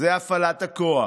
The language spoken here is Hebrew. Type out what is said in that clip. זה הפעלת הכוח.